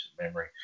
memory